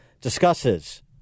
discusses